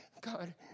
God